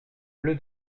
bleu